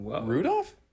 Rudolph